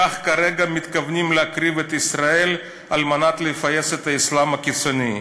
כך כרגע מתכוונים להקריב את ישראל כדי לפייס את האסלאם הקיצוני.